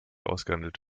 ausgehandelt